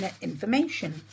information